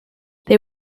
they